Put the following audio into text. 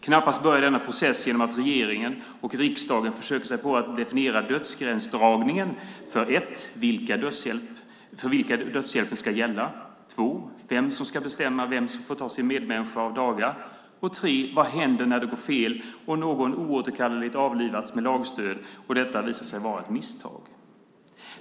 Knappast börjar denna process genom att regeringen och riksdagen försöker sig på att definiera gränsdragningen för det första för vilka dödshjälpen ska gälla, för det andra för vem som ska bestämma vem som får ta sin medmänniska av daga och för det tredje vad som händer när det går fel och någon oåterkalleligt avlivats med lagstöd och detta visar sig vara ett misstag.